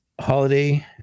holiday